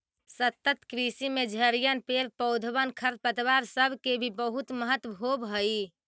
सतत कृषि में झड़िअन, पेड़ पौधबन, खरपतवार सब के भी बहुत महत्व होब हई